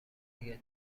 اگه